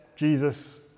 Jesus